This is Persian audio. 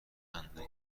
اندکی